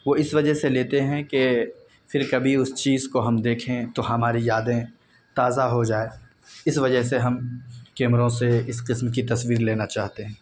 وہ اس وجہ سے لیتے ہیں کہ پھر کبھی اس چیز کو ہم دیکھیں تو ہماری یادیں تازہ ہو جائے اس وجہ سے ہم کیمروں سے اس قسم کی تصویر لینا چاہتے ہیں